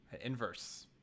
inverse